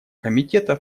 комитета